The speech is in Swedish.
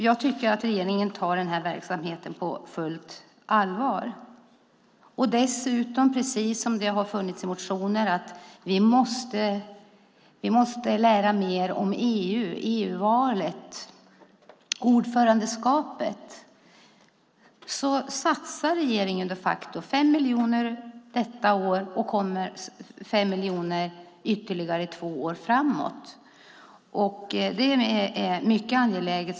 Jag tycker att regeringen tar den här verksamheten på fullt allvar. Dessutom, precis som nämns i motioner, måste vi lära mer om EU, EU-valet och ordförandeskapet. Regeringen satsar de facto 5 miljoner detta år och 5 miljoner ytterligare två år framåt. Det är mycket angeläget.